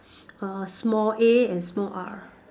err small A and small R